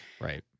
Right